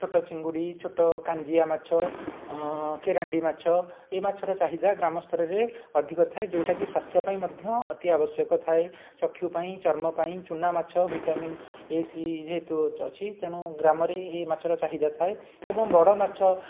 ଛୋଟ ଚିଙ୍ଗୁଡ଼ି ଛୋଟ କାଞ୍ଜିଆ ମାଛ କେରାଣ୍ଡି ମାଛ ଏ ମାଛର ଚାହିଦା ଗ୍ରାମ ସ୍ତରରେ ଅଧିକ ଥାଏ ଯେଉଁଟାକି ସ୍ୱାସ୍ଥ୍ୟପାଇଁ ମଧ୍ୟ ଅତି ଆବଶ୍ୟକ ଥାଏ ଚକ୍ଷୁପାଇଁ ଚର୍ମପାଇଁ ଚୁନାମାଛ ଭିଟାମିନ୍ ଏ ସି ଯେହେତୁ ଅଛି ତେଣୁ ଗ୍ରାମରେ ଏ ମାଛର ଚାହିଦା ଥାଏ ଏବଂ ବଡ଼ ମାଛ